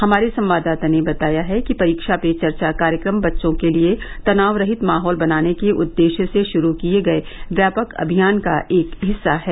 हमारे संवाददाता ने बताया है कि परीक्षा पे चर्चा कार्यक्रम बच्चों के लिए तनावरहित माहौल बनाने के उद्देश्य से श्रु किए गए व्यापक अभियान का एक हिस्सा है